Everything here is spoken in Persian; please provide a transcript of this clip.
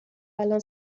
الان